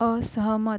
असहमत